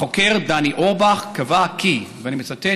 החוקר דני אורבך קבע כי, ואני מצטט: